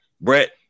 Brett